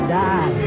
die